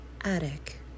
Attic